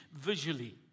visually